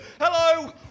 Hello